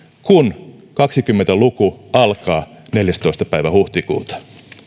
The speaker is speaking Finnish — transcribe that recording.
kun kaksikymmentä luku alkaa neljästoista päivä huhtikuuta